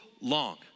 long